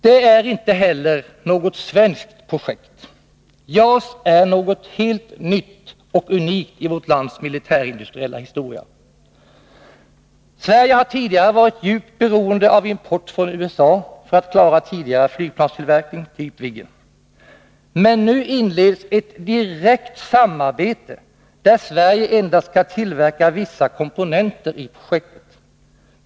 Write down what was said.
Det är inte något svenskt projekt. JAS är något helt nytt och unikt i vårt lands militärindustriella historia. Sverige har förut varit djupt beroende av import från USA för att klara tidigare flygplanstillverkning, typ Viggen. Men nu inleds ett direkt samarbete, där Sverige endast skall tillverka vissa komponenter i projektet.